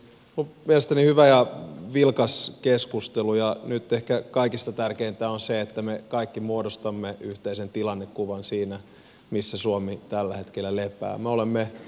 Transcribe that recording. minun mielestäni tämä on ollut hyvä ja vilkas keskustelu ja nyt ehkä kaikista tärkeintä on se että me kaikki muodostamme yhteisen tilannekuvan siitä missä suomi tällä hetkellä lepää